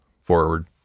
forward